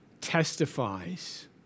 testifies